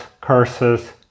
curses